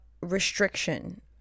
restriction